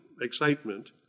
excitement